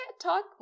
talk